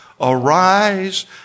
arise